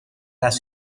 las